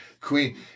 Queen